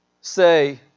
say